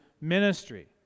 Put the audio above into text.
ministry